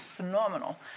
Phenomenal